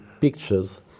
pictures